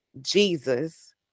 Jesus